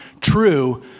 true